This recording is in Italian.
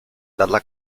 dalla